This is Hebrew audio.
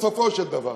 בסופו של דבר?